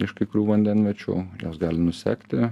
iš kai kurių vandenviečių jos gali nusekti